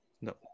No